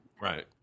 Right